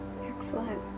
Excellent